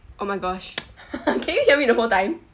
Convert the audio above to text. oh my gosh can you hear me the whole time